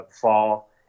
fall